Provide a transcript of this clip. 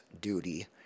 duty